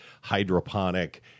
hydroponic